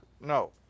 No